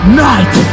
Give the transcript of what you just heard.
night